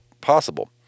possible